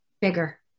bigger